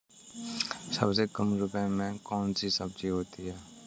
सबसे कम रुपये में कौन सी सब्जी होती है?